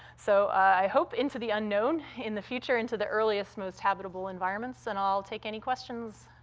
so i hope into the unknown, in the future into the earliest, most habitable environments, and i'll take any questions.